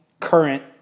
current